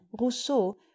rousseau